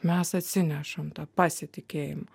mes atsinešam tą pasitikėjimą